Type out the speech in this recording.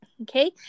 Okay